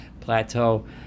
plateau